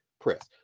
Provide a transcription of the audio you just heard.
Press